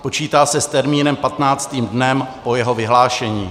Počítá se s termínem 15. dnem po jeho vyhlášení.